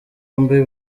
bombi